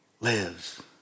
lives